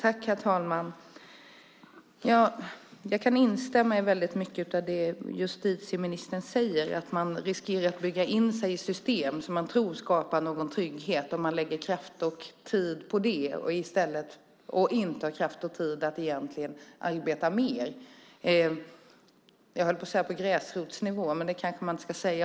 Herr talman! Jag kan instämma i mycket av det som justitieministern säger. Man riskerar att bygga in sig i system som man tror skapar någon trygghet. Man lägger kraft och tid på det och har därför inte kraft och tid att arbeta mer på gräsrotsnivå - men så kanske man inte ska säga.